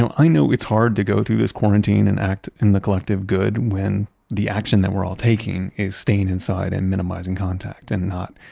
i know it's hard to go through this quarantine and act in the collective good when the action that we're all taking is staying inside and minimizing contact, and not,